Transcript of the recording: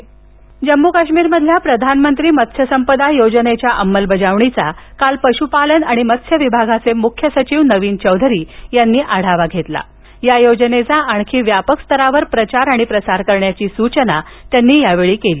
मत्स्य उत्पादन जम्मू काश्मीर मधल्या प्रधानमंत्री मत्स्य संपदा योजनेच्या अंमलबजावणीचा काल पशूपालन आणि मत्स्य विभागाचे मुख्य सचिव नवीन चौधरी यांनी आढावा घेतला आणि या योजनेचा आणखी व्यापक स्तरावर प्रचार आणि प्रसार करण्याची सुचना त्यांनी संबधितांना केली